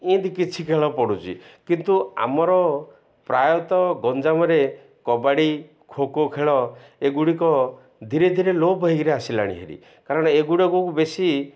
ଏନ୍ତି କିଛି ଖେଳ ପଡ଼ୁଛି କିନ୍ତୁ ଆମର ପ୍ରାୟତଃ ଗଞ୍ଜାମରେ କବାଡ଼ି ଖୋଖୋ ଖେଳ ଏଗୁଡ଼ିକ ଧୀରେ ଧୀରେ ଲୋପ ହେଇକିରି ଆସିଲାଣି ହେରି କାରଣ ଏଗୁଡ଼ାକୁ ବେଶୀ